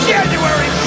January